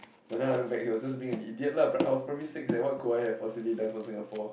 but now I look back he was being an idiot lah I was primary six eh what could I have possibly done for Singapore